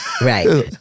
right